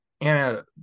anna